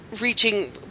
reaching